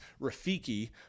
Rafiki